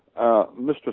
Mr